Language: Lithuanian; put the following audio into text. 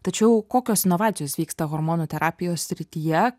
tačiau kokios inovacijos vyksta hormonų terapijos srityje